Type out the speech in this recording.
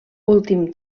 últim